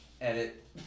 Edit